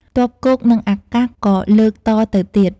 ទ័ពគោកនិងអាកាស ក៏លើកតទៅទៀត ។